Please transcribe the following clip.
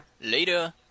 Later